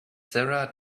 sarah